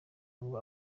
ngo